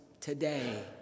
today